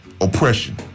Oppression